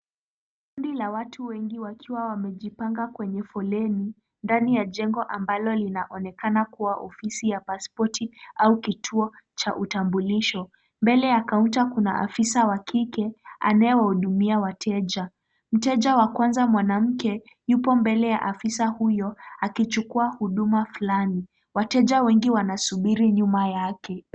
Kundi la watu wengi wakiwa wamejipanga kwenye foleni, ndani ya jengo ambalo linaloonekana kuwa ofisi ya pasipoti au kituo cha utambulisho. Mbele ya kaunta kuna afisa wa kike anayewahudumia wateja. Mteja wa kwanza mwanamke yupo mbele ya afisa huyo, akichukua huduma fulani. Wateja wengi wanasubiri nyuma yake.